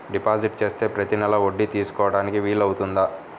Deposit చేస్తే ప్రతి నెల వడ్డీ తీసుకోవడానికి వీలు అవుతుందా?